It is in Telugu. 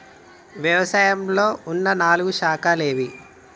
వ్యవసాయంలో ఉన్న నాలుగు శాఖలు ఏవి?